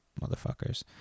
motherfuckers